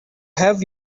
have